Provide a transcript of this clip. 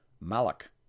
Malak